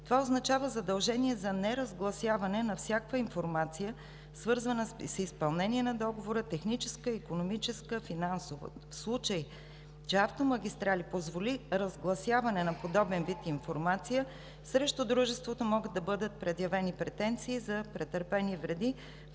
Това означава задължение за неразгласяване на всякаква информация, свързана с изпълнение на договора – техническа, икономическа, финансова. В случай, че „Автомагистрали“ позволи разгласяване на подобен вид информация, срещу Дружеството могат да бъдат предявени претенции за претърпени вреди,